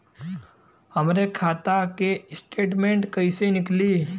हमरे खाता के स्टेटमेंट कइसे निकली?